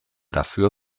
dafür